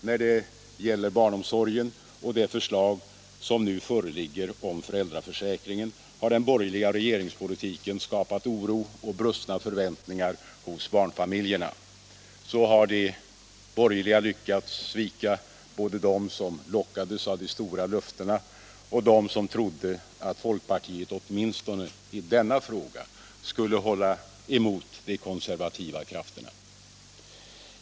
När det gäller både barnomsorgen och det förslag som nu föreligger om föräldraförsäkringen har den borgerliga regeringspolitiken skapat oro och brustna förväntningar hbs barnfamiljerna. Så har de borgerliga lyckats svika både dem som lockades av de stora löftena och dem som trodde att folkpartiet åtminstone i denna fråga skulle hålla emot de konservativa krafterna.